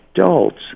adults